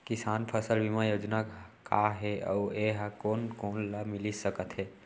किसान फसल बीमा योजना का हे अऊ ए हा कोन कोन ला मिलिस सकत हे?